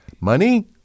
Money